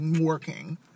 working